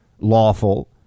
lawful